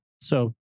So-